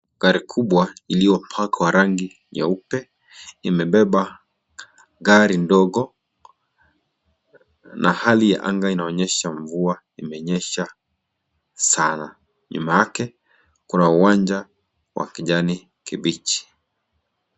Gari kubwa iliyo pakwa rangi nyeupe. Imebeba gari ndogo na hali ya anga inaonyesha mvua imenyesha sana. nyuma yake kuna uwanja wa kijani kibichi.